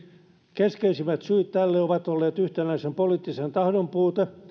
keskeisimmät syyt tälle ovat olleet yhtenäisen poliittisen tahdon puute